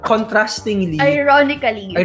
Ironically